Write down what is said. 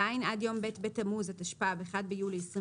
(ז)עד יום ב' בתמוז התשפ"ב (1 ביולי 2022)